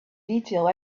detail